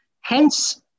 Hence